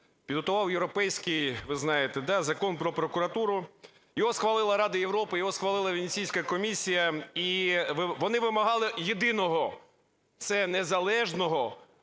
підготував європейський - ви знаєте, да? – Закон про прокуратуру. Його схвалила Рада Європи, його схвалила Венеційська комісія. І вони вимагали єдиного – це незалежного